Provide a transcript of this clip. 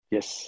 Yes